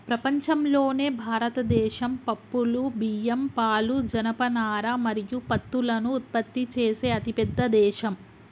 ప్రపంచంలోనే భారతదేశం పప్పులు, బియ్యం, పాలు, జనపనార మరియు పత్తులను ఉత్పత్తి చేసే అతిపెద్ద దేశం